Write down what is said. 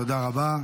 תודה רבה.